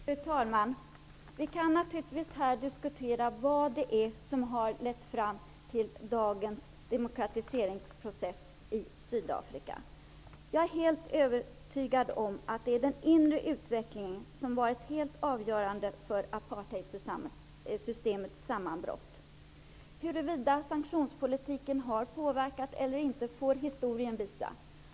Fru talman! Vi kan naturligtvis här diskutera vad som har lett fram till dagens demokratiseringsprocess i Sydafrika. Jag är helt övertygad om att den inre utvecklingen varit helt avgörande för apartheidsystemets sammanbrott. Huruvida sanktionspolitiken har påverkat eller inte får historien utvisa.